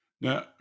Now